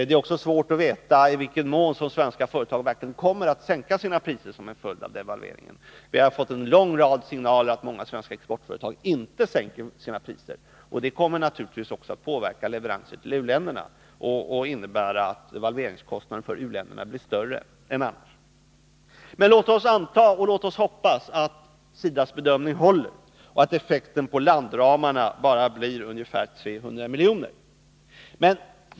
Det är också svårt att veta i vilken mån svenska företag verkligen kommer att sänka sina priser som en följd av devalveringen. Vi har fått en lång rad signaler om att många svenska exportföretag inte sänker sina priser. Det kommer naturligtvis också att påverka leveranser till u-länderna och innebära att devalveringskostnaden för u-länderna blir större än den annars skulle ha blivit. Men låt oss hoppas och anta att SIDA:s bedömning håller och att effekten på landramarna bara blir ungefär 300 miljoner.